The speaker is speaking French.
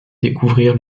découvrir